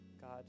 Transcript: God